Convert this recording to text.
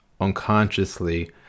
unconsciously